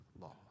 law